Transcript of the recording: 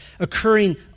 occurring